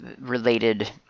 Related